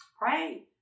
pray